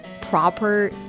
proper